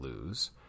lose